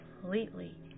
completely